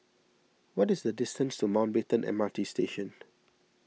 what is the distance to Mountbatten M R T Station